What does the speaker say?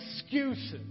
excuses